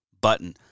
button